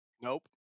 Nope